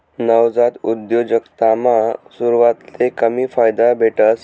नवजात उद्योजकतामा सुरवातले कमी फायदा भेटस